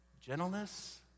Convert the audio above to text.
Gentleness